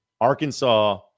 Arkansas